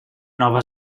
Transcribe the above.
nova